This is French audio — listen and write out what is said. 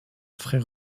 frère